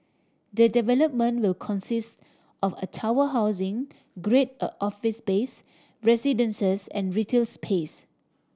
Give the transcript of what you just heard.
the development will consist of a tower housing Grade A a office space residences and retail space